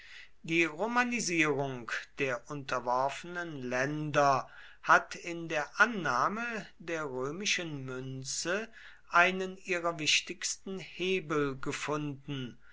die romanisierung der unterworfenen länder hat in der annahme der römischen münze einen ihrer wichtigsten hebel gefunden